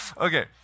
Okay